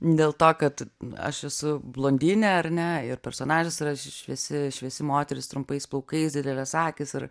dėl to kad aš esu blondinė ar ne ir personažas yra šviesi šviesi moteris trumpais plaukais didelės akys ir